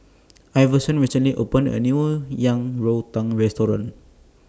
Iverson recently opened A New Yang Rou Tang Restaurant